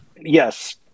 Yes